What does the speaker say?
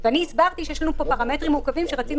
הסברתי שיש לנו פה פרמטרים מורכבים שרצינו